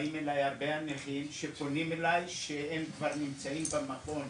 ובאים אליי הרבה נכים שפונים אליי שהם כבר נמצאים במכון